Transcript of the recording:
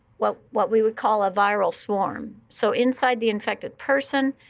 what what we would call a viral swarm. so inside the infected person,